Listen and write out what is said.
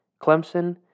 Clemson